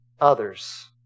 others